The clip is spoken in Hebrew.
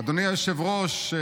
אדוני היושב-ראש,